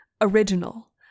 original